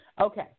Okay